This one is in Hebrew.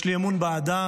יש לי אמון באדם.